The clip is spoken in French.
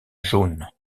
jaune